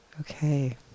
Okay